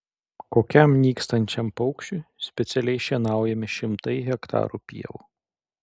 kokiam nykstančiam paukščiui specialiai šienaujami šimtai hektarų pievų